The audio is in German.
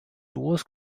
duos